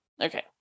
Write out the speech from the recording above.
okay